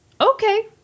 okay